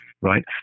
right